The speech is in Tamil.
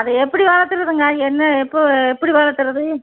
அது எப்படி வளர்த்துறதுங்க என்ன எப்போ எப்படி வளர்த்தறது